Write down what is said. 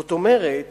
זאת אומרת